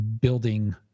building